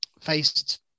faced